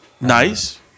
Nice